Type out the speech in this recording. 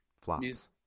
Flops